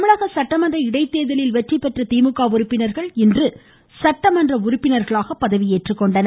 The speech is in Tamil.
தமிழக சட்டமன்ற இடைத்தேர்தலில் வெற்றிபெற்ற திமுக உறுப்பினர்கள் இன்று சட்டமன்ற உறுப்பினர்களாக பதவியேற்றுக்கொண்டனர்